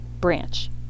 branch